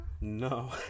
No